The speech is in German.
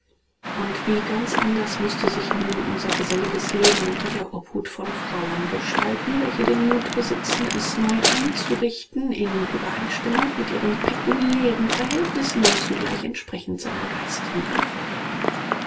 und wie ganz anders müßte sich nun unser geselliges leben unter der obhut von frauen gestalten welche den muth besitzen es neu einzurichten in uebereinstimmung mit ihren pecuniären verhältnissen und zugleich entsprechend seinen geistigen anforderungen